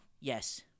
Yes